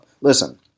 Listen